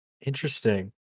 Interesting